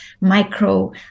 micro